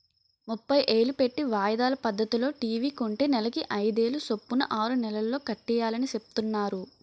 ముప్పై ఏలు పెట్టి వాయిదాల పద్దతిలో టీ.వి కొంటే నెలకి అయిదేలు సొప్పున ఆరు నెలల్లో కట్టియాలని సెప్తున్నారు